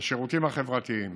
והשירותים החברתיים